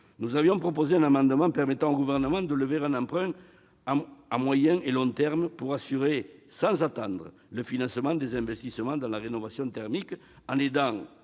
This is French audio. socialiste a présenté un amendement visant à autoriser le Gouvernement à lever un emprunt à moyen et long terme pour assurer, sans attendre, le financement des investissements dans la rénovation thermique, en aidant